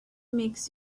makes